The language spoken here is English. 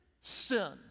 sin